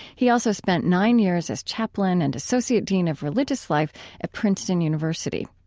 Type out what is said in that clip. he also spent nine years as chaplain and associate dean of religious life at princeton university.